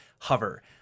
Hover